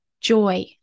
joy